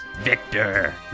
Victor